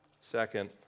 second